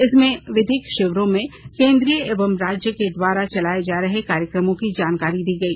इसमें विधिक शिविरों में केंद्रीय एवं राज्य के द्वारा चलाए गए कार्यक्रमों की जानकारी दी गई